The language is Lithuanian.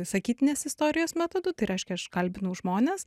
sakytinės istorijos metodu tai reiškia aš kalbinau žmones